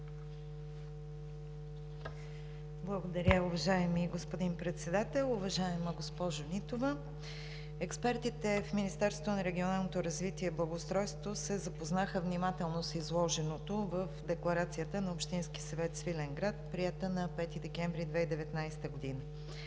Благодаря, уважаеми господин Председател. Уважаема госпожо Нитова, експертите в Министерството на регионалното развитие и благоустройството се запознаха внимателно с изложеното в декларацията на общинския съвет – Свиленград, приета на 5 декември 2019 г.